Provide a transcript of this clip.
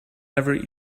never